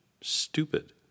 stupid